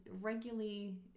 regularly